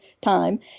time